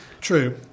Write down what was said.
True